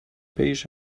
beige